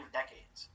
decades